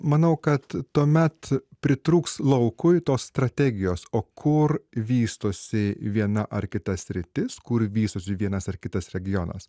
manau kad tuomet pritrūks laukui tos strategijos o kur vystosi viena ar kita sritis kur vystosi vienas ar kitas regionas